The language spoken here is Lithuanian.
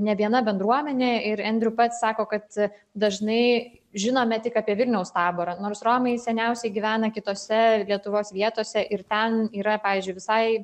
ne viena bendruomenė ir endriu pats sako kad dažnai žinome tik apie vilniaus taborą nors romai seniausiai gyvena kitose lietuvos vietose ir ten yra pavyzdžiui visai